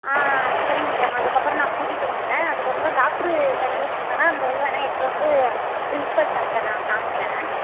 ஆ சரிங்க மேடம் அதுக்கப்புறம் நான் கூட்டிகிட்டு வர அதுக்கப்புறம் டாக்டர் சர்டிஃபிகேட் வேணுணா அந்த இது வேணுணா எடுத்து வந்து பிரின்சிபல் சார்கிட்ட நான் காமிக்கிற